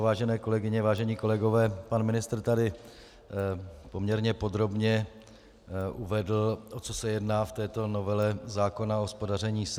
Vážené kolegyně, vážení kolegové, pan ministr tady poměrně podrobně uvedl, o co se jedná v této novele zákona o hospodaření s energií.